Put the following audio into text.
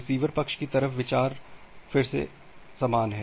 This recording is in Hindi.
रिसीवर पक्ष की तरफ विचार फिर से समान है